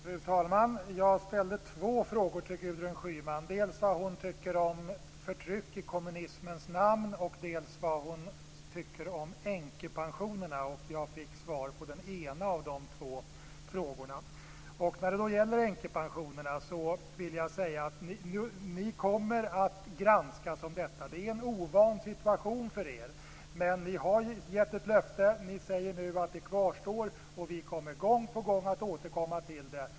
Fru talman! Jag ställde två frågor till Gudrun Schyman. Dels vad hon tycker om förtryck i kommunismens namn, dels vad hon tycker om änkepensionerna. Jag fick svar på den ena av de två frågorna. När det gäller änkepensionerna vill jag säga att ni kommer att granskas i den frågan. Det är en ovan situation för er, men ni har gett ett löfte. Ni säger nu att det kvarstår. Vi kommer gång på gång att återkomma till det.